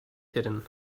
hidden